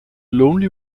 lonely